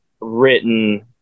written